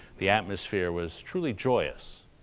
the atmosphere was truly joyous.